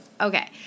Okay